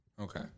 Okay